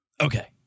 Okay